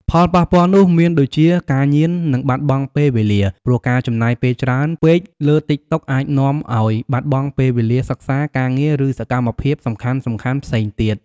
ផលប៉ះពាល់នោះមានដូចជា ការញៀន និងបាត់បង់ពេលវេលា ព្រោះការចំណាយពេលច្រើនពេកលើតិកតុកអាចនាំឱ្យបាត់បង់ពេលវេលាសិក្សា ការងារ ឬសកម្មភាពសំខាន់ៗផ្សេងទៀត។